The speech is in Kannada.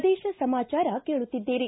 ಪ್ರದೇಶ ಸಮಾಚಾರ ಕೇಳುತ್ತಿದ್ದೀರಿ